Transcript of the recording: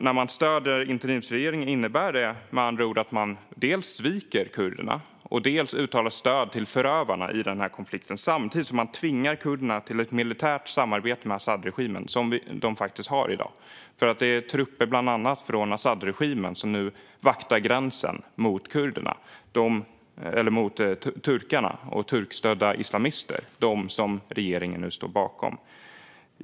När man stöder interimsregeringen innebär det med andra ord att man dels sviker kurderna, dels uttalar stöd till förövarna i konflikten. Samtidigt tvingar man kurderna till ett militärt samarbete med al-Asadregimen, som de faktiskt har i dag. Det är bland annat trupper från al-Asadregimen som nu vaktar gränsen mot turkarna och turkstödda islamister, de som regeringen nu står bakom.